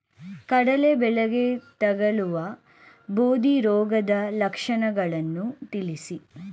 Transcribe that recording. ಕಡಲೆ ಬೆಳೆಗೆ ತಗಲುವ ಬೂದಿ ರೋಗದ ಲಕ್ಷಣಗಳನ್ನು ತಿಳಿಸಿ?